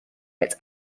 its